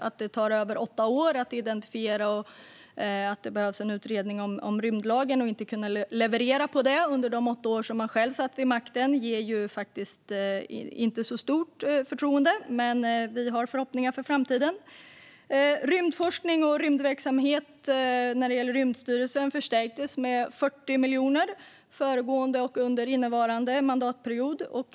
Att det tar över åtta år att identifiera att det behövs en utredning om rymdlagen och att man inte kan leverera på det under de åtta år då man själv sitter vid makten inger inte så stort förtroende. Men vi har förhoppningar för framtiden. Rymdforskningen och rymdverksamheten vid Rymdstyrelsen har förstärkts med 40 miljoner under föregående och innevarande mandatperiod.